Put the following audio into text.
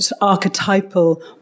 archetypal